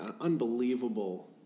unbelievable